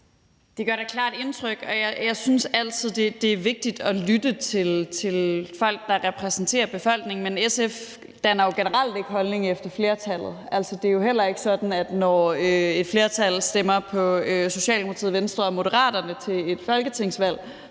Det gør da klart indtryk. Jeg synes altid, at det er vigtigt at lytte til folk, der repræsenterer befolkningen, men SF danner jo generelt ikke holdning efter flertallet. Det er heller ikke sådan, at når et flertal stemmer på Socialdemokratiet, Venstre og Moderaterne til et folketingsvalg,